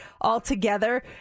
altogether